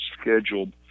scheduled